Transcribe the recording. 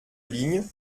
ligne